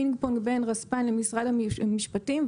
פינג-פונג בין רספ"ן למשרד המשפטים,